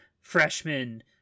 freshman